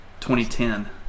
2010